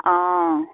অঁ